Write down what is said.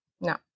No